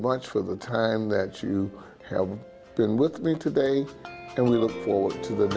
much for the time that you have been with me today and we look forward to the